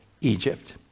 Egypt